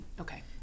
Okay